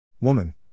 Woman